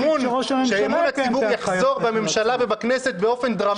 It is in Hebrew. שאמון הציבור בממשלה ובכנסת יחזור באופן דרמטי.